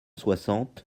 soixante